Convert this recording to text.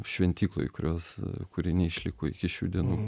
šventykloj kurios kūriniai išliko iki šių dienų